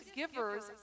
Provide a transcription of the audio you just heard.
givers